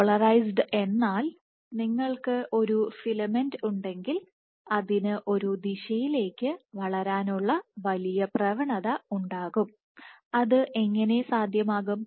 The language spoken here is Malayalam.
പോളറൈസ്ഡ് എന്നാൽ നിങ്ങൾക്ക് ഒരു ഫിലമെന്റ് ഉണ്ടെങ്കിൽ അതിന് ഒരു ദിശയിലേക്ക് വളരാനുള്ള വലിയ പ്രവണത ഉണ്ടാകും അത് എങ്ങനെ സാധ്യമാകും